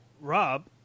Rob